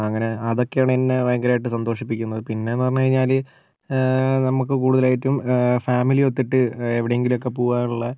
അങ്ങനെ അതൊക്കെയാണ് എന്നെ ഭയകരമായിട്ട് സന്തോഷിപ്പിക്കുന്നത് പിന്നെ എന്ന് പറഞ്ഞു കഴിഞ്ഞാൽ നമുക്ക് കൂടുതലായിട്ടും ഫാമിലി ഒത്തിട്ട് എവിടെങ്കിലും ഒക്കെ പോകാനുള്ള